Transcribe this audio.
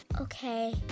Okay